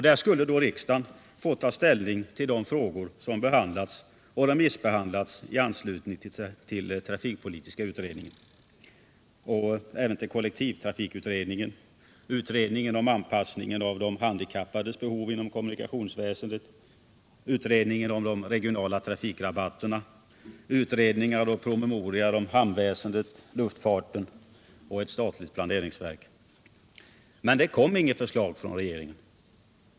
Där skulle då riksdagen få ta ställning till de frågor som behandlats och remissbehandlats i anslutning till trafikpolitiska utredningen, kollektivtrafikutredningen, utredningen om anpassningen av de handikappades behov inom kommunikationsväsendet, utredningen om de regionala trafikrabatterna, utredningar och promemorior om hamnväsendet, luftfarten och ett statligt planeringsverk. Men det kom inget förslag från regeringen.